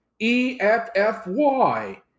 EFFY